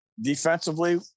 defensively